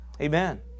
Amen